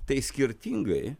tai skirtingai